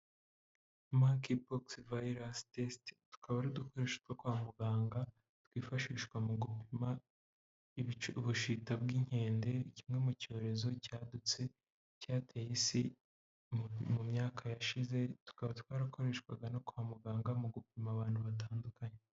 Manki pogisi vayirasi tesite, tukaba ari udukoresho two kwa muganga, twifashishwa mu gupima ubushita bw'inkende, kimwe mu cyorezo cyadutse cyateye isi mu myaka yashize, tukaba twarakoreshwaga no kwa muganga mu gupima abantu batandukanye.